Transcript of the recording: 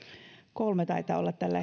kolme taitaa olla tällä